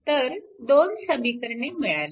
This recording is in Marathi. तर दोन समीकरणे मिळाली